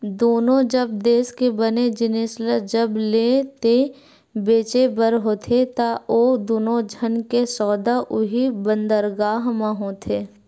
दुनों जब देस के बने जिनिस ल जब लेय ते बेचें बर होथे ता ओ दुनों झन के सौदा उहीं बंदरगाह म होथे